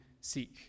seek